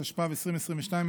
התשפ"ב 2022,